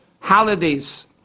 holidays